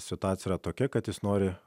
situacija tokia kad jis nori